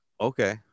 Okay